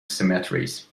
cemeteries